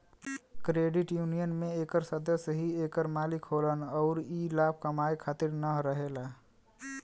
credit union में एकर सदस्य ही एकर मालिक होलन अउर ई लाभ कमाए खातिर न रहेला